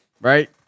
Right